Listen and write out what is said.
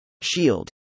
Shield